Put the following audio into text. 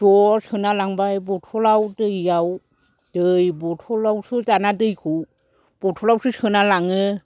ज' सोना लांबाय बथलाव दैआव दै बथलावसो दाना दैखौ बथलावसो सोना लाङो